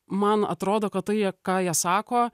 man atrodo kad tai jie ką jie sako